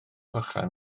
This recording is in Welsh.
vychan